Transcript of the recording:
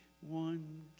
one